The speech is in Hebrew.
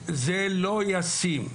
זה לא ישים.